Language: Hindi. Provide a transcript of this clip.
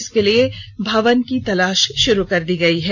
इसके लिए भवन की तलाश शुरू हो गई है